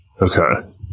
Okay